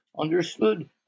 understood